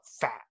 fat